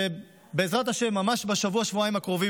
שבעזרת השם ממש בשבוע-שבועיים הקרובים